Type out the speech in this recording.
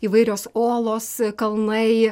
įvairios olos kalnai